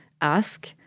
ask